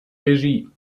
regie